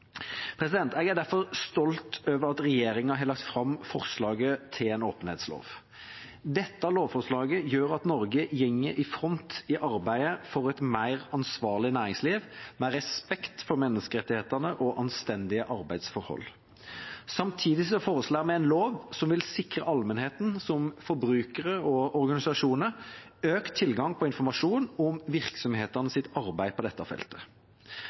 Jeg er derfor stolt av at regjeringa har lagt fram forslaget til en åpenhetslov. Dette lovforslaget gjør at Norge går i front i arbeidet for et mer ansvarlig næringsliv med respekt for menneskerettighetene og anstendige arbeidsforhold. Samtidig foreslår vi en lov som vil sikre allmennheten, som forbrukere og organisasjoner, økt tilgang på informasjon om virksomhetenes arbeid på dette feltet.